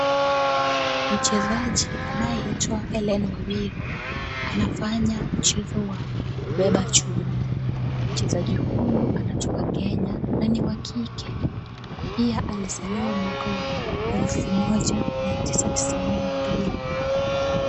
Mchezaji anayeitwa Hellen Wawira, anafanya mchezo wa kubeba chuma. Mchezaji huyu anatoka Kenya, na ni wa kike, pia alizaliwa mwaka wa elfu moja mia tisa tisaini na mbili.